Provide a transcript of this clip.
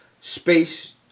space